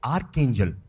Archangel